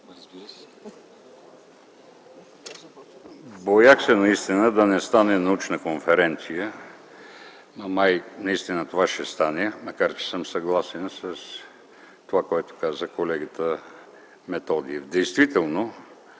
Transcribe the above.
Боях се да не стане научна конференция, но май наистина това ще стане, макар че съм съгласен с казаното от колегата Методиев. Действително